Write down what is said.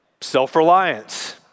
Self-reliance